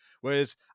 Whereas